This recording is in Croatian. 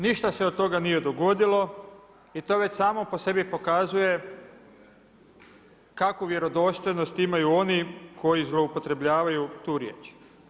Ništa se od toga nije dogodilo i to već samo po sebi pokazuje kakvu vjerodostojnost imaju oni koji zloupotrebljavaju tu riječ.